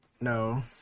no